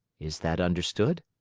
is that understood?